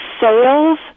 sales